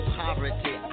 poverty